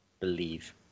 believe